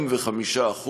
כ-45%.